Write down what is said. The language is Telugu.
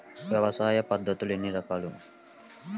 వ్యవసాయ పద్ధతులు ఎన్ని రకాలు?